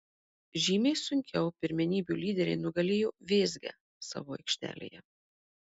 žymiai sunkiau pirmenybių lyderiai nugalėjo vėzgę savo aikštelėje